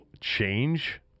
change